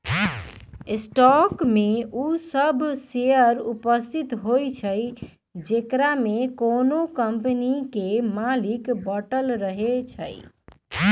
stock में उ सभ शेयर उपस्थित होइ छइ जेकरामे कोनो कम्पनी के मालिक बाटल रहै छइ